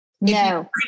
No